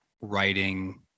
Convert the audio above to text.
writing